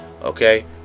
okay